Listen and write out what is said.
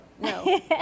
No